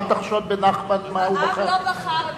אל תחשוד בנחמן מה הוא בחר.